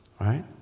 Right